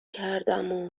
کردم